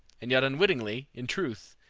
and yet unwittingly, in truth,